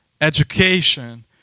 education